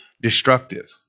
destructive